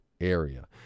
area